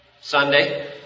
Sunday